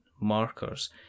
markers